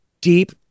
deep